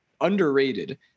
underrated